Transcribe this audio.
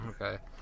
Okay